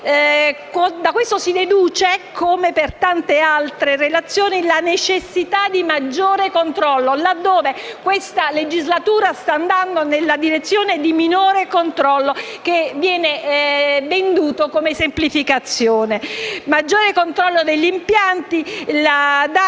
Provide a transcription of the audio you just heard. Da ciò si deduce, come per tante altre relazioni, la necessità di un maggiore controllo, laddove questa legislatura sta andando nella direzione di un minore controllo che viene venduto come semplificazione. Occorre un maggiore controllo degli impianti e